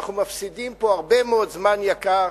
אנחנו מפסידים פה הרבה מאוד זמן יקר.